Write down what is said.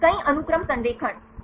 कई अनुक्रम संरेखण क्या है